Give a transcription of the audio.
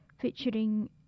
featuring